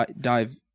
dive